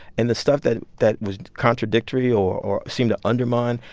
and the stuff that that was contradictory or or seemed to undermine,